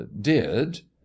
did